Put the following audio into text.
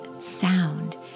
sound